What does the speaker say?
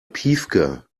piefke